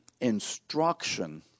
instruction